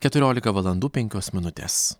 keturiolika valandų penkios minutės